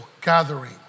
gathering